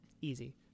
easy